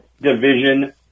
division